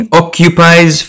occupies